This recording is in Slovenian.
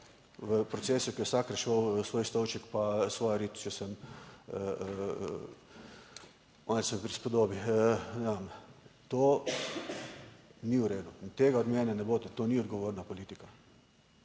v procesu, ki je vsak reševal svoj stolček pa svojo rit, če sem malo / nerazumljivo/. To ni v redu in tega od mene ne boste, to ni odgovorna politika.